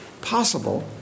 possible